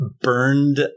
burned